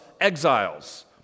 exiles